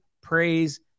praise